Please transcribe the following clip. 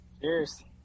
Cheers